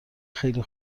خیلی